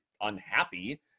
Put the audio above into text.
unhappy